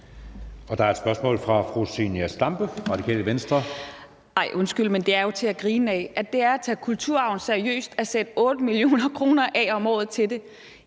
Der er et spørgsmål fra fru Zenia Stampe, Radikale Venstre. Kl. 11:04 Zenia Stampe (RV): Undskyld, men det er jo til at grine af, altså at det er at tage kulturarven seriøst at sætte 8 mio. kr. af om året til det.